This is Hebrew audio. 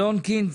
אלון קינסט,